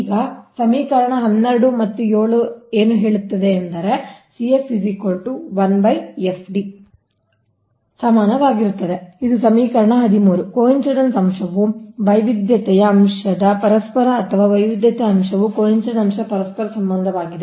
ಈಗ ಸಮೀಕರಣ 12 ಮತ್ತು 7 ರಿಂದ ಹೇಳಿದ್ದೇನೆಂದರೆ ಸಮಾನವಾಗಿರುತ್ತದೆ ಇದು ಸಮೀಕರಣ ಹದಿಮೂರು ಕೋಇನ್ಸಿಡೆನ್ಸ್ ಅಂಶವು ವೈವಿಧ್ಯತೆಯ ಅಂಶದ ಪರಸ್ಪರ ಅಥವಾ ವೈವಿಧ್ಯತೆಯ ಅಂಶವು ಕೋಇನ್ಸಿಡೆನ್ಸ್ ಅಂಶದ ಪರಸ್ಪರ ಸಂಬಂಧವಾಗಿದೆ